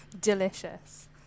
delicious